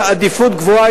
בעדיפות גבוהה,